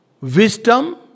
wisdom